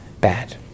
bad